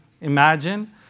imagine